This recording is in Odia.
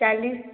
ଚାଳିଶ